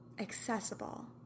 accessible